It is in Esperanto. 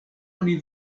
oni